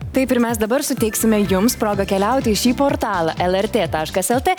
taip ir mes dabar suteiksime jums progą keliauti į šį portalą lrt taškas lt